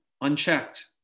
unchecked